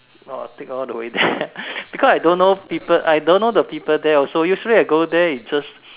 oh take all the way there because I don't know people I don't know the people there also usually I go there is just